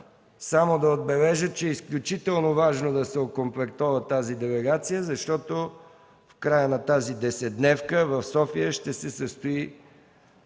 Само да отбележа, че е изключително важно да се окомплектова тази делегация, защото в края на десетдневката в София ще се състои